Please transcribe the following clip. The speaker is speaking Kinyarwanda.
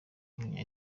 w’umunya